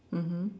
mmhmm